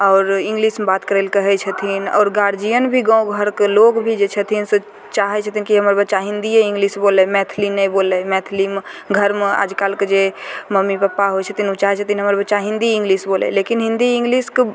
आओर इंग्लिशमे बात करय लए कहय छथिन आओर गार्जियन भी गाँव घरके लोग भी जे छथिन से चाहय छथिन कि हमर बच्चा हिन्दिये इंग्लिश बोलय मैथिली नहि बोलय मैथलीमे घरमे आजकल जे मम्मी पप्पा होइ छथिन उ चाहय छथिन हमर बच्चा हिन्दी इंग्लिश बोलय लेकिन हिन्दी इंग्लिशके